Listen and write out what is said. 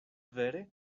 vere